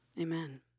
Amen